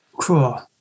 Cool